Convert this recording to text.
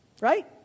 right